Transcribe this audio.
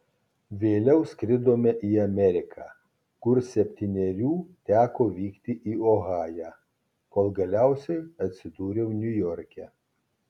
vėliau skridome į ameriką kur septynerių teko vykti į ohają kol galiausiai atsidūriau niujorke